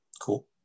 Cool